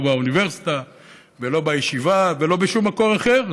לא באוניברסיטה ולא בישיבה ולא בשום מקום אחר.